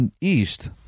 East